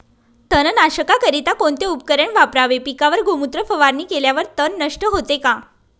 तणनाशकाकरिता कोणते उपकरण वापरावे? पिकावर गोमूत्र फवारणी केल्यावर तण नष्ट होते का?